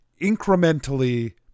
incrementally